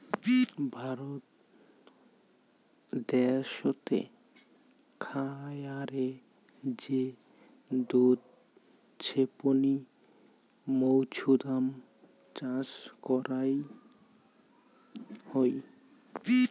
ভারত দ্যাশোতে খায়ারে যে দুধ ছেপনি মৌছুদাম চাষ করাং হই